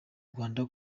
rwanda